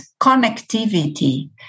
connectivity